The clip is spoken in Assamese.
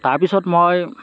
তাৰপিছত মই